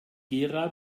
gera